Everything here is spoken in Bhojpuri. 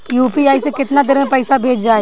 यू.पी.आई से केतना देर मे पईसा भेजा जाई?